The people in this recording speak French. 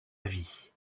avis